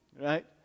right